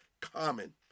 common